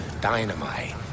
dynamite